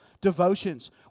devotions